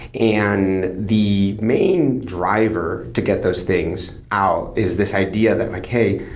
and the main driver to get those things out is this idea that like, hey,